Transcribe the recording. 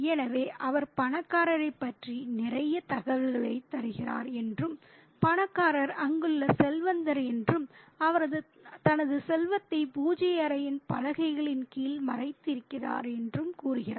எனவே அவர் பணக்காரரைப் பற்றி நிறைய தகவல்களைத் தருகிறார் என்றும் பணக்காரர் அங்குள்ள செல்வந்தர் என்றும் அவர் தனது செல்வத்தை பூஜை அறையின் பலகைகளின் கீழ் மறைக்கிறார் என்றும் கூறுகிறார்